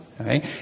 Okay